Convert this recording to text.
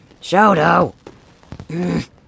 Shoto